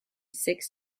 six